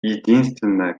единственное